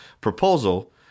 proposal